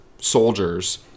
soldiers